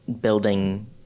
building